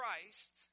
Christ